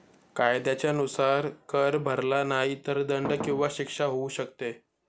कायद्याच्या नुसार, कर भरला नाही तर दंड किंवा शिक्षा होऊ शकते